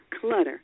Clutter